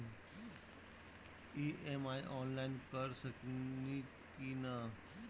EMI online कर सकेनी की ना?